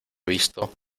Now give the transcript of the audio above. visto